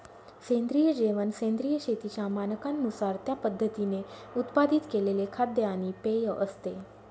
सेंद्रिय जेवण सेंद्रिय शेतीच्या मानकांनुसार त्या पद्धतीने उत्पादित केलेले खाद्य आणि पेय असते